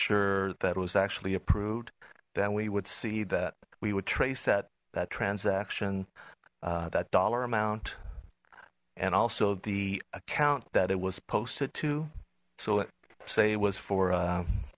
sure that was actually approved then we would see that we would trace that that transaction that dollar amount and also the account that it was posted to so it say was for